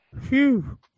Phew